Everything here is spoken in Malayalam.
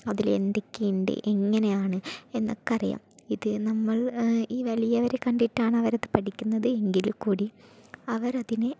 അതിലെന്തൊക്കെയുണ്ട് എങ്ങനെയാണു എന്നൊക്കെ അറിയാം ഇത് നമ്മൾ ഈ വലിയ വരെ കണ്ടിട്ടാണ് അവർ അത് പഠിക്കുന്നതെങ്കിൽ കൂടി അവർ അതിനെ